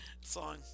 Song